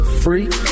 freak